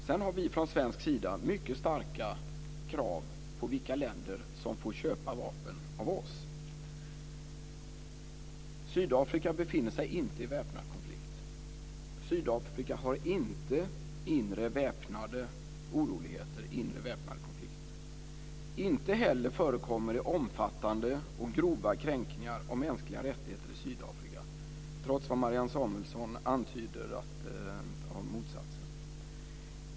Sedan har vi från svensk sida mycket starka krav när det gäller vilka länder som får köpa vapen av oss. Sydafrika befinner sig inte i väpnad konflikt. Sydafrika har inte inre väpnade oroligheter eller konflikter. Inte heller förekommer det omfattande och grova kränkningar av mänskliga rättigheter i Sydafrika, trots Marianne Samuelssons antydning om motsatsen.